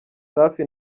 safi